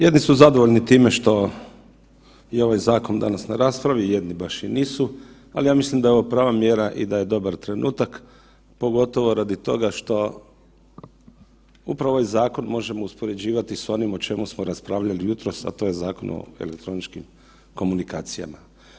Jedni su zadovoljni time što je ovaj zakon danas na raspravi, jedni baš i nisu, ali ja mislim da je ovo prava mjera i da je dobar trenutak, pogotovo radi toga što upravo ovaj zakon možemo uspoređivati s onim o čemu smo raspravljali jutros, a to je Zakon o elektroničkim komunikacijama.